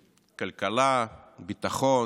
כלכלה, ביטחון,